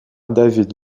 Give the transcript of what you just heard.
david